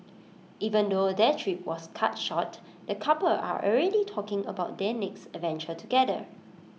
even though their trip was cut short the couple are already talking about their next adventure together